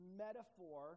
metaphor